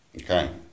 Okay